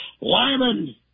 Lyman